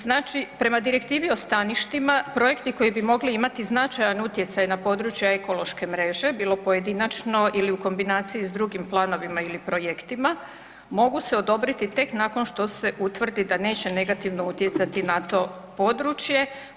Znači, prema Direktivi o staništima projekti koji bi mogli imati značajan utjecaj na područja ekološke mreže, bilo pojedinačno ili u kombinaciji s drugim planovima ili projektima mogu se odobriti tek nakon što se utvrdi da neće negativno utjecati na to području.